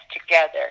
together